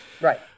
right